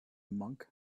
monk